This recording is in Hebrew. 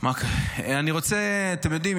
אתם יודעים,